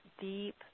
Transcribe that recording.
deep